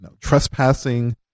Trespassing